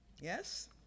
Yes